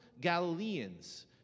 Galileans